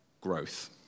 growth